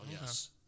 yes